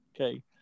Okay